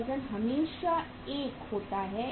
यह वजन हमेशा 1 होता है